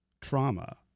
trauma